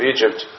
Egypt